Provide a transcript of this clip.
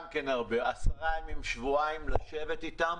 עשרה ימים עד שבועיים, לשבת איתם.